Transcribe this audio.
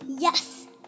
Yes